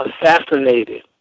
assassinated